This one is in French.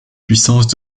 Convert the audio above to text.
puissances